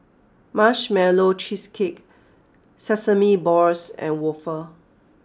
Marshmallow Cheesecake Sesame Balls and Waffle